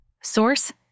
Source